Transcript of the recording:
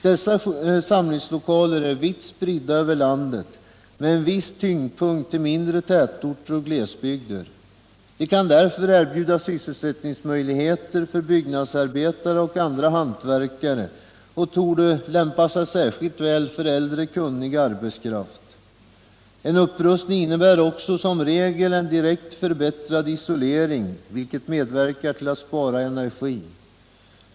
Dessa samlingslokaler är vitt spridda över landet, med en viss betoning på mindre tätorter och glesbygder. De kan där erbjuda sysselsättningsmöjligheter för byggnadsarbetare och torde lämpa sig särskilt väl för äldre, kunnig arbetskraft. En upprustning innebär också som regel en förbättrad isolering, vilket medverkar till att spara energi.